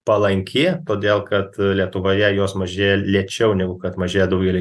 palanki todėl kad lietuvoje jos mažėja lėčiau negu kad mažėja daugely